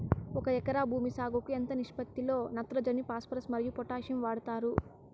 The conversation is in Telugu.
ఒక ఎకరా భూమి సాగుకు ఎంత నిష్పత్తి లో నత్రజని ఫాస్పరస్ మరియు పొటాషియం వాడుతారు